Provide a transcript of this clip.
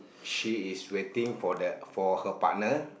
she is waiting for the for her partner